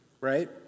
right